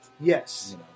Yes